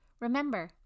Remember